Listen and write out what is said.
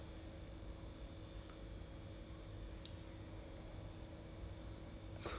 有 ah and no way lah I think must give it a few more years ah maybe one or two more years